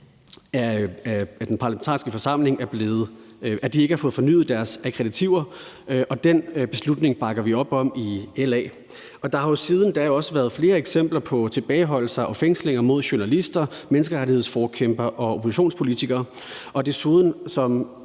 Parlamentariske Forsamling ikke har fået fornyet deres akkreditiver, og den beslutning bakker vi op om i LA. Der har jo også siden da været flere eksempler på tilbageholdelser og fængslinger af journalister, menneskerettighedsforkæmpere og oppositionspolitikere. Desuden,